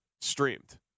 streamed